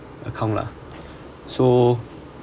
account lah so